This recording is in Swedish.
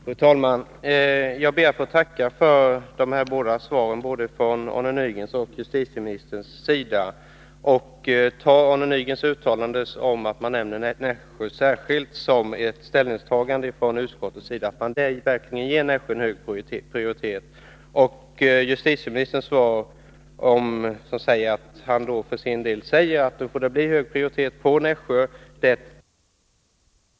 Fru talman! Jag ber att få tacka för de båda svaren — från Arne Nygren och från justitieministern. Jag uppfattar Arne Nygrens uttalande om att utskottet särskilt nämner Nässjö som ett ställningstagande från utskottets sida — att man verkligen ger ett nytt polishus i Nässjö hög prioritet. Justitieministern säger ju för sin del att ett nytt polishus i Nässjö skall få hög prioritet. Det tolkar jag så, att man ganska snart kan komma i gång med byggnationen. Jag hoppas också att vi skall få tillfälle att se jusitieministern i Nässjö ganska snart i samband med invigningen av det nya polishuset där.